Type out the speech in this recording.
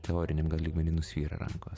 teoriniam gal lygmeny nusvyra rankos